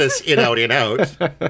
in-out-in-out